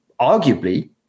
arguably